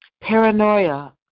paranoia